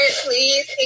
please